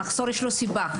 המחסור יש לו סיבה.